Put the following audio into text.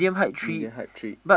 media hide tree